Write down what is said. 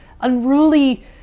unruly